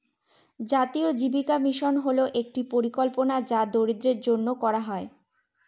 জাতীয় জীবিকা মিশন হল একটি পরিকল্পনা যা দরিদ্রদের জন্য করা হয়